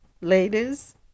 ladies